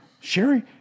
Sherry